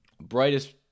brightest